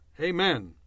Amen